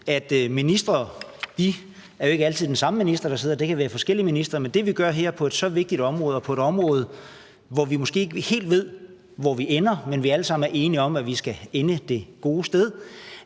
at det jo ikke altid er den samme minister, der sidder; det kan være forskellige ministre. Men det, vi gør her på et så vigtigt område og på et område, hvor vi måske ikke helt ved, hvor vi ender, men hvor vi alle sammen er enige om, at vi skal ende det gode sted,